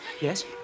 yes